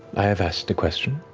i have asked a question.